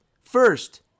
first